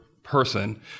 person